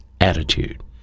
attitude